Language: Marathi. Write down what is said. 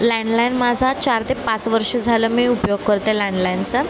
लँडलाईन माझा चार ते पाच वर्ष झालं मी उपयोग करते लँडलाईनचा